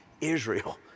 Israel